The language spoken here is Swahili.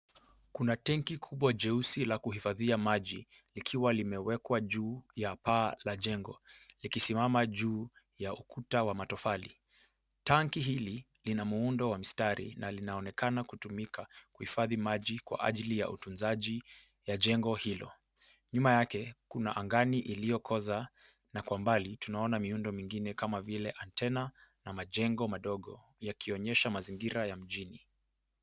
Kuna tenki kubwa jeusi la kuhifadhia maji, likiwa limewekwa juu ya paa la jengo, likisimama juu ya ukuta wa matofali. Tanki hili lina muundo wa mistari, na linaonekana kutumika kuhifadhi maji kwa ajili ya utunzaji ya jengo hilo. Nyuma yake kuna angani iliyokoza na kwa mbali, tunaona miundo mingine, kama vile antenna na majengo madogo, yakionyesha mazingira ya mjini.